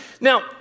Now